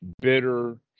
bitter